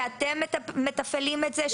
שאתם מתפעלים את זה,